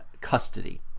custody